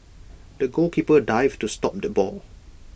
the goalkeeper dived to stop the ball